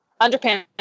underpants